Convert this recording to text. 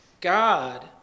God